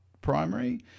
Primary